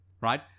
Right